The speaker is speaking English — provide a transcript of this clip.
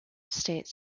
state